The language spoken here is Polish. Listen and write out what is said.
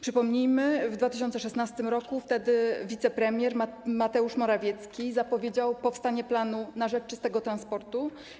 Przypomnijmy, że w 2016 r. - wtedy wicepremier - Mateusz Morawiecki zapowiedział powstanie planu na rzecz czystego transportu.